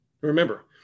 Remember